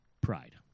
pride